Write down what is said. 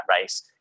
race